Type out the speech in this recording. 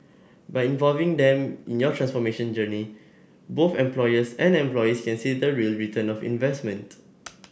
by involving them in your transformation journey both employers and employees can see the real return of investment